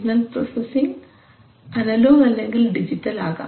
signal processing analogue അല്ലെങ്കിൽ digital ആകാം